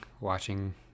watching